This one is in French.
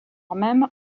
même